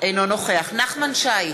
אינו נוכח נחמן שי,